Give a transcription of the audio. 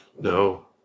No